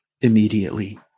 immediately